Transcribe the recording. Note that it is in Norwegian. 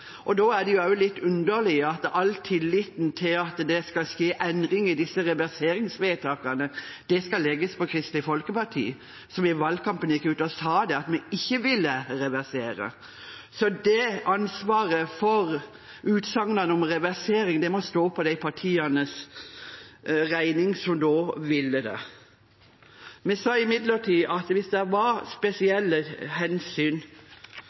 de da ville reversere. Da er det litt underlig at all tilliten til at det skal skje endringer i disse reverseringsvedtakene, skal legges på Kristelig Folkeparti, som i valgkampen gikk ut og sa at vi ikke ville reversere. Så ansvaret for utsagnene om reversering må stå for de partienes regning som ville det. Vi sa imidlertid at hvis det var spesielle hensyn